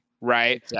right